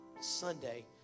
Sunday